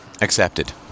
accepted